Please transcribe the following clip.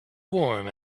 warm